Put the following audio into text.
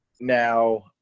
now